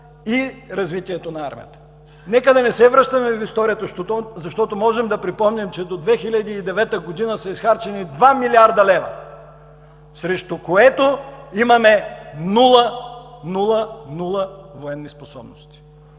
и развитието на армията! Нека да не се връщаме в историята, защото можем да припомним, че до 2009 г. са изхарчени 2 млрд. лв., срещу което имаме нула, нула, нула военни способности!